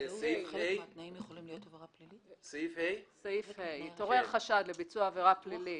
25ו(ה): "התעורר חשד לביצוע עבירה פלילית,